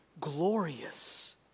glorious